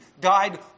died